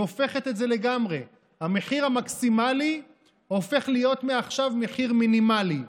היא הופכת את זה לגמרי: המחיר המקסימלי הופך להיות מעכשיו מחיר מינימלי,